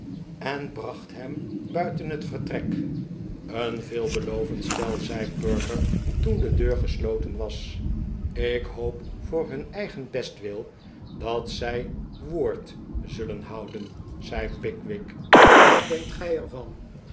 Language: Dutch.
en bracht hem buiten het vertrek een veelbelovend stel zei perker toen de deur gesloten was ik hoop voor hun eigen bestwil dat zij woord zullen houden zei pickwick wat denkt gij er van